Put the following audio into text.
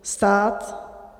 Stát?